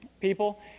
people